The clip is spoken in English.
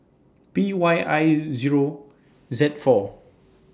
P Y I Zero Z four